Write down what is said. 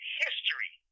history